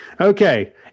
okay